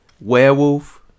Werewolf